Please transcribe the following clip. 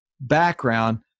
background